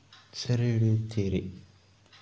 ಸೆರೆ ಹಿಡಿಯುತ್ತೀರಿ